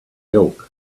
milk